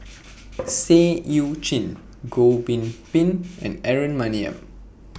Seah EU Chin Goh Bin Bin and Aaron Maniam